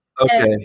Okay